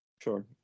Sure